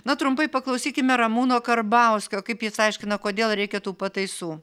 na trumpai paklausykime ramūno karbauskio kaip jis aiškina kodėl reikia tų pataisų